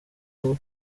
aho